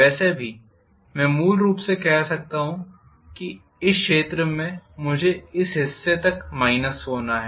वैसे भी मैं मूल रूप से कह सकता हूं कि इस क्षेत्र में मुझे इस हिस्से तक माइनस होना है